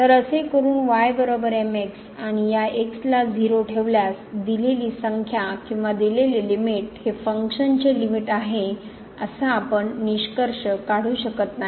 तर असे करून y mx आणि या xला 0 ठेवल्यास दिलेली संख्या किंवा दिलेली लिमिट हे फंक्शनचे लिमिट आहे असा आपण निष्कर्ष काढू शकत नाही